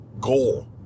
goal